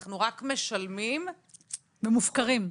אנחנו רק משלמים ומופקרים.